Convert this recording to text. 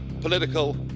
political